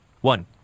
One